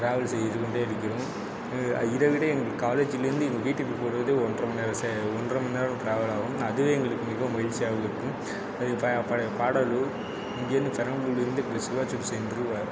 travel செய்து கொண்டே இருக்கிறோம் இதைவிட எங்கள் காலேஜ்லருந்து எங்கள் வீட்டுக்கு போகறது ஒன்றை மணி நேரம் செ ஒன்றை மணி நேரம் டிராவல் ஆகும் அதுவே எங்களுக்கு மிக மகிழ்ச்சியாக இருக்கும் அது ப பழைய பாடல்கள் இங்கேருந்து சன்னபுல்லிலேருந்து கிரிச்வாஜ்க்கு சென்று வ